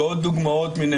בכל זאת בעוד דוגמאות מהעבר.